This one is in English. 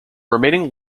remaining